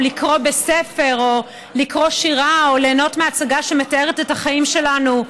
לקרוא בספר או לקרוא שירה או ליהנות מהצגה שמתארת את החיים שלנו,